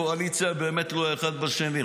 קואליציה באמת תלויה, אחד בשני.